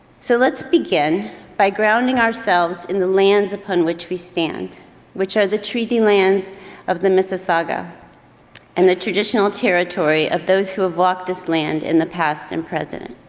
so let's begin by grounding ourselves in the lands upon which we stand which are the treaty lands of the mississauga and the traditional territory of those who have walked this land in the past and present.